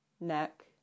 neck